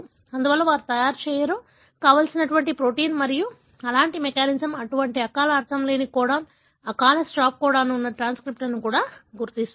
అందువల్ల వారు తయారు చేయరు కావాల్సిన ప్రోటీన్ మరియు అలాంటి మెకానిజం అటువంటి అకాల అర్ధంలేని కోడాన్ అకాల స్టాప్ కోడాన్ ఉన్న ట్రాన్స్క్రిప్ట్లను కూడా గుర్తిస్తుంది